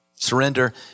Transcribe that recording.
Surrender